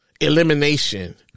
elimination